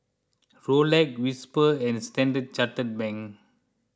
Rolex Whisper and Standard Chartered Bank